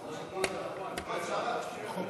בחוק